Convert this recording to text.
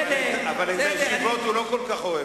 אבל את הישיבות הוא לא כל כך אוהב,